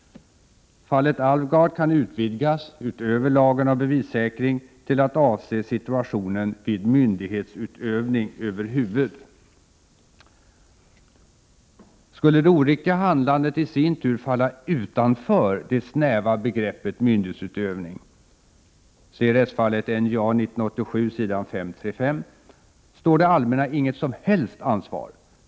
Fallet Alvgard kan utvidgas — utöver lagen om betalningssäkring — till att avse situationen vid myndighetsutövning över huvud taget. Skulle det oriktiga handlandet i sin tur falla utanför det snäva begreppet myndighetsutövning står det allmänna inget som helst ansvar.